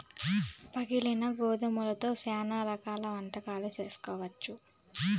పగిలిన గోధుమలతో శ్యానా రకాల వంటకాలు చేసుకోవచ్చు